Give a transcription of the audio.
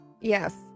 Yes